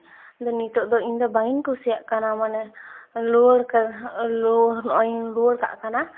ᱟᱫᱚ ᱱᱤᱛᱳᱜ ᱫᱚ ᱤᱧ ᱫᱚ ᱵᱟᱝᱤᱧ ᱠᱩᱥᱤᱭᱟᱜ ᱠᱟᱱᱟ ᱢᱟᱱᱮ ᱞᱩᱣᱟᱹᱲ ᱠᱟᱜ ᱞᱩᱣᱟᱹᱲ ᱱᱚᱜᱼᱚᱭᱤᱧ ᱞᱩᱣᱟᱹᱲ ᱠᱟᱜ ᱠᱟᱱᱟ